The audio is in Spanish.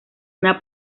una